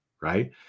right